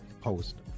post